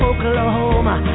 Oklahoma